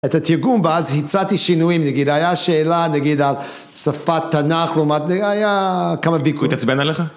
את התרגום, ואז הצעתי שינויים, נגיד, היה שאלה נגיד, על שפת תנ״ך, כלומר, היה כמה ביקורים. הוא התעצבן עליך?